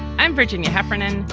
i'm virginia heffernan.